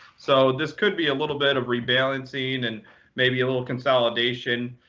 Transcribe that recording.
so this could be a little bit of rebalancing and maybe a little consolidation.